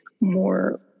more